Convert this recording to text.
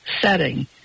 setting